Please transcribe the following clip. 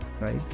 Right